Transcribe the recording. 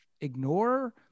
Ignore